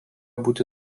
būti